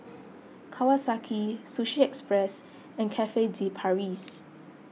Kawasaki Sushi Express and Cafe De Paris